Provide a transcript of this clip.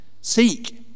Seek